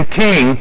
king